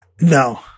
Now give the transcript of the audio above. No